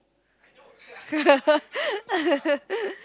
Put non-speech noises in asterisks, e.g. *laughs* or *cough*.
*laughs*